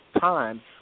time